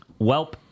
Welp